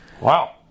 Wow